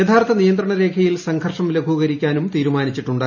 യഥാർത്ഥ നിയന്ത്രണരേഖയിൽ സംഘർഷം ലഘൂകരിക്കാനും തീരുമാനമായിട്ടുണ്ട്